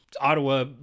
Ottawa